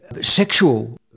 sexual